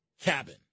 Cabin